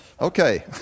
Okay